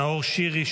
נאור שירי,